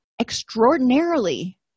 extraordinarily